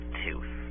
tooth